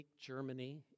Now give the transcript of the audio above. Germany